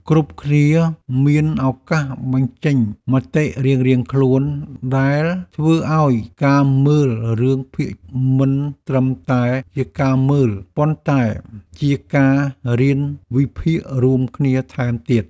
គ្រប់គ្នាមានឱកាសបញ្ចេញមតិរៀងៗខ្លួនដែលធ្វើឱ្យការមើលរឿងភាគមិនត្រឹមតែជាការមើលប៉ុន្តែជាការរៀនវិភាគរួមគ្នាថែមទៀត។